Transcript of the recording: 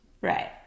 right